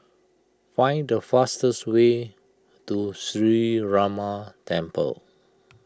find the fastest way to Sree Ramar Temple